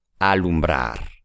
alumbrar